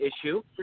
issue